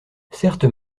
certes